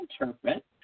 interpret